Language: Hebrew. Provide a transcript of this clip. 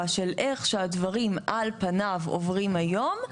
של איך שהדברים על פניו עוברים היום.